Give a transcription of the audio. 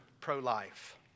pro-life